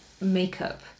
makeup